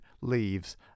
leaves